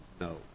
no